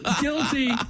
Guilty